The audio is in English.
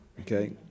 okay